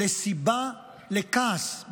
לסיבה לכעס,